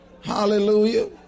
Hallelujah